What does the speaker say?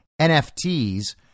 NFTs